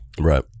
Right